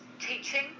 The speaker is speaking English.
teaching